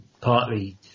partly